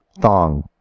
thong